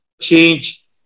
change